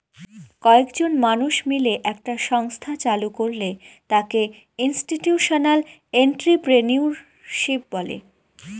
কয়েকজন মানুষ মিলে একটা সংস্থা চালু করলে তাকে ইনস্টিটিউশনাল এন্ট্রিপ্রেনিউরশিপ বলে